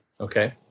Okay